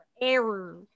error